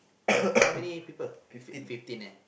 for how many people fi~ fifteen eh